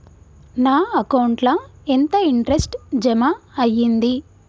నా అకౌంట్ ల ఎంత ఇంట్రెస్ట్ జమ అయ్యింది?